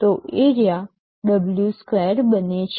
તો area W2 બને છે